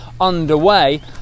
underway